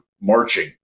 marching